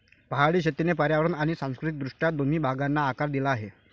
पहाडी शेतीने पर्यावरण आणि सांस्कृतिक दृष्ट्या दोन्ही भागांना आकार दिला आहे